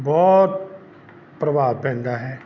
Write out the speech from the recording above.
ਬਹੁਤ ਪ੍ਰਭਾਵ ਪੈਂਦਾ ਹੈ